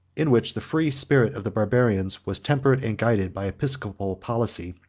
in which the free spirit of the barbarians was tempered and guided by episcopal policy,